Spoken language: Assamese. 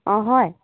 অঁ হয়